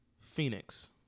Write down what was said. Phoenix